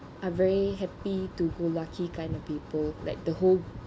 I'm very happy to go lucky kind of people like the whole